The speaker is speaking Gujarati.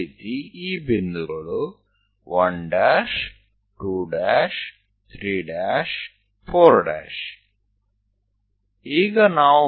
એ જ રીતે આ બિંદુઓ 1234 છે